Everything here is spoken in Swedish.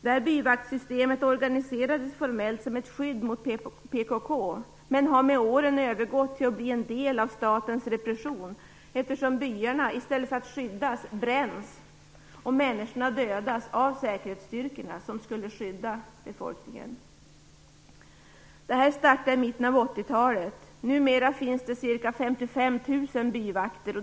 Detta organiserades formellt som ett skydd mot PKK, men det har med åren övergått till att bli en del av statens repression eftersom byarna bränns i stället för att skyddas och människorna dödas av de säkerhetsstyrkor som skulle skydda befolkningen. Systemet startades i mitten av 1980-talet. Numera finns det ca 55 000 byvakter.